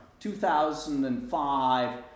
2005